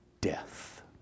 death